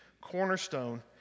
cornerstone